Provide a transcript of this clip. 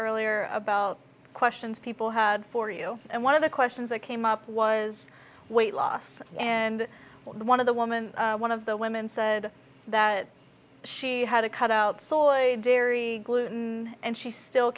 earlier about questions people had for you and one of the questions that came up was weight loss and one of the woman one of the women said that she had a cut out saw gloom and she still